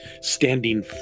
standing